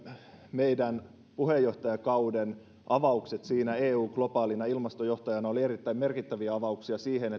meidän puheenjohtajakauden avaukset eun globaalina ilmastojohtajana olivat erittäin merkittäviä avauksia siihen